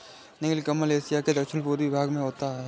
नीलकमल Asia के दक्षिण पूर्वी भाग में होता है